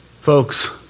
Folks